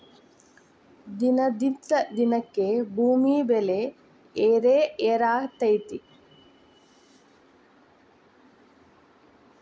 ದಿನದಿಂದ ದಿನಕ್ಕೆ ಭೂಮಿ ಬೆಲೆ ಏರೆಏರಾತೈತಿ